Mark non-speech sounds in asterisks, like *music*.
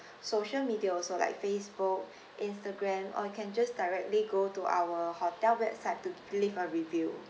*breath* social media also like Facebook Instagram or you can just directly go to our hotel website to leave a review